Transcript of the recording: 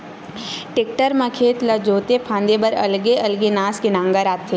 tractor म खेत ला जोते फांदे बर अलगे अलगे नास के नांगर आथे